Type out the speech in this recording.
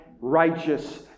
righteous